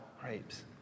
grapes